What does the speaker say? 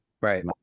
right